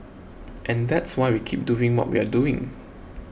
and that's why we keep doing what we're doing